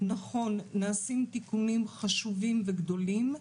נכון נעשים תיקונים חשובים וגדולים,